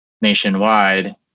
nationwide